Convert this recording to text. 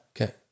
okay